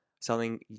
selling